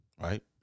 right